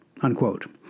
unquote